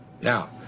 Now